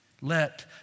Let